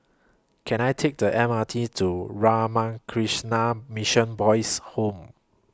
Can I Take The M R T to Ramakrishna Mission Boys' Home